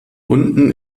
unten